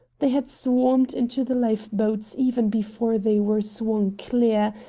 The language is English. they had swarmed into the life-boats even before they were swung clear,